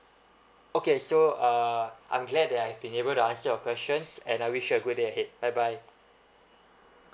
okay so uh I'm glad that I've been able to answer your questions and I wish you a good day ahead bye bye